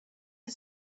had